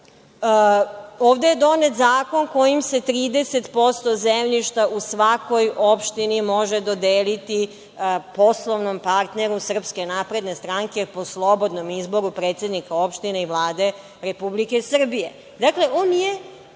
itd. Ovde je donet zakon kojim se 30% zemljišta u svakoj opštini može dodeliti poslovnom partneru SNS po slobodnom izboru predsednika opštine i Vlade Republike Srbije.